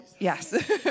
Yes